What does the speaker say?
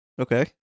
Okay